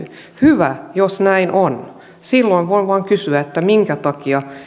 hyvä jos näin on silloin voi vain kysyä minkä takia